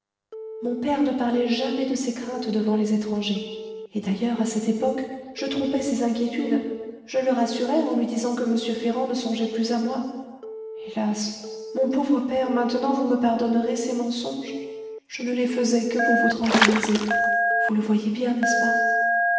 mon père ne parlait jamais de ses craintes devant les étrangers et d'ailleurs à cette époque je trompais ses inquiétudes je le rassurais en lui disant que m ferrand ne songeait plus à moi hélas mon pauvre père maintenant vous me pardonnerez ces mensonges je ne les faisais que pour vous tranquilliser vous le voyez bien n'est-ce pas